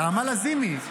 נעמה לזימי,